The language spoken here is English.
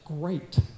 great